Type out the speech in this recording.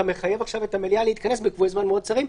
מחייב עכשיו את המליאה להתכנס בקבועי זמן מאוד קצרים,